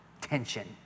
tension